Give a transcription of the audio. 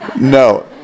no